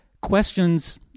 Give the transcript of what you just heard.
questions